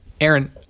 Aaron